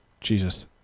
Jesus